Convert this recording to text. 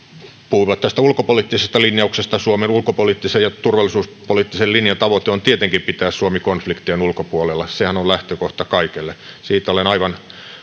puhuivat tästä ulkopoliittisesta linjauksesta suomen ulkopoliittisen ja turvallisuuspoliittisen linjan tavoite on tietenkin pitää suomi konfliktien ulkopuolella sehän on lähtökohta kaikelle siitä olen aivan